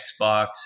Xbox